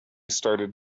started